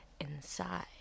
inside